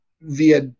via